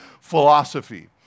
philosophy